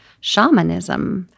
shamanism